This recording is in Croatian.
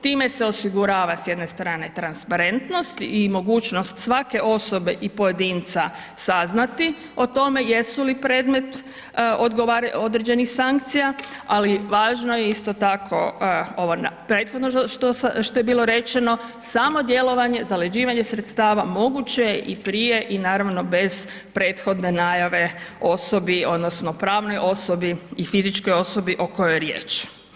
Time se osigurava s jedne strane transparentnost i mogućnost svake osobe i pojedinca saznati o tome jesu li predmet određenih sankcija ali važno je isto tako prethodno što je bilo rečeno, samo djelovanje, zaleđivanje sredstava moguće je i prije i naravno bez prethodne najave osobi odnosno pravnoj osobi i fizičkoj osobi o kojoj je riječ.